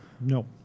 No